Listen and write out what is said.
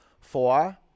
Four